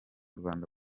rwanda